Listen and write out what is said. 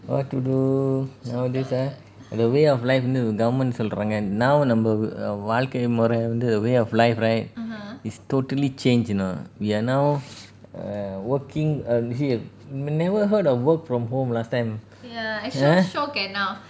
what to do nowadays ah the way of life government சொல்றாங்க நம்ம வாழ்க்கை முறை வந்து:solraanga namma vazhgai murai the way of life right is totally changed you know we are now err working we never heard of work from home last time !huh!